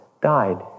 died